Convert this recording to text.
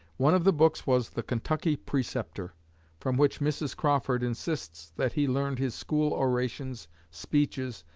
one of the books was the kentucky preceptor from which mrs. crawford insists that he learned his school orations, speeches,